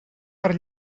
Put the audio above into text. per